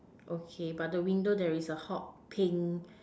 okay but the window there is a hot pink